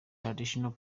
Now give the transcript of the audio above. traditional